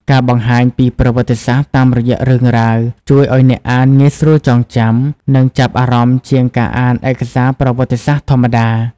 ការបង្ហាញពីប្រវត្តិសាស្ត្រតាមរយៈរឿងរ៉ាវ ជួយឲ្យអ្នកអានងាយស្រួលចងចាំ និងចាប់អារម្មណ៍ជាងការអានឯកសារប្រវត្តិសាស្ត្រធម្មតា។